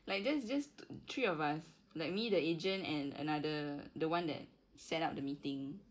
like just just tw~ three of us like me the agent and another the one that set up the meeting